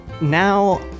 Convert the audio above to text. now